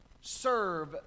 serve